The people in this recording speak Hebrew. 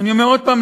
אני אומר עוד פעם,